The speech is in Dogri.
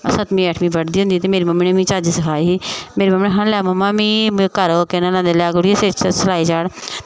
सतमीं अठमीं पढ़दी होंदी ही ते मेरी मम्मी ने मिगी चज्ज सखाई ही मेरी मम्मी ने ऐहें लै मिगी कर केह् लैंदे लै कुड़िये सलाई चाढ़